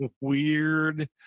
weird